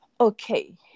Okay